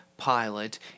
pilot